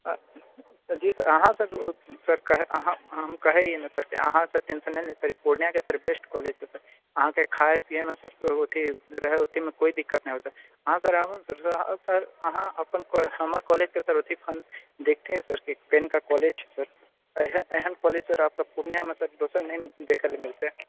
जी हाँ सर जी सर कहे अहाँ सर कहे कि अहाँ सभ टेन्सन नहि लिअऽ सर पूर्णियाके सभसँ बेस्ट कॉलेज छै सर अहाँके खाइ पिऐमे सर रहै ओथि रहए ओथिमे कोइ दिक्कत नहि होएत अहाँ सर आबू ने तऽ सर अहाँ अपन हमर कॉलेजके सर ओथि फंक्शन देखते है सर कि कनिके कॉलेज है सर एहन एहन कॉलेज सर अहाँकेँ पूर्णियामे दोसर नहि दखए लऽ मिलतै